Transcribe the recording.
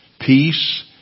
peace